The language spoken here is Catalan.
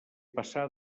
passar